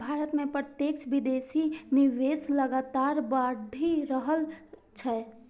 भारत मे प्रत्यक्ष विदेशी निवेश लगातार बढ़ि रहल छै